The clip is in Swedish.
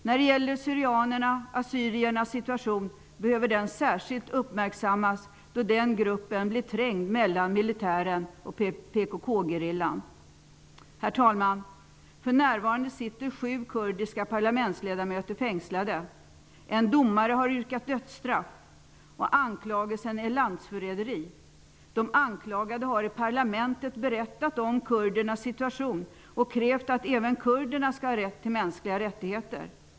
När det gäller syrianernas/assyriernas situation behöver den särskilt uppmärksammas, då den gruppen blir trängd mellan militären och PKK-gerillan. Herr talman! För närvarande sitter sju kurdiska parlamentsledamöter fängslade. En domare har yrkat på dödsstraff, och anklagelsen är landsförräderi. De anklagade har i parlamentet berättat om kurdernas situation och krävt att även kurderna skall ha mänskliga rättigheter.